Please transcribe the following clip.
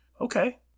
Okay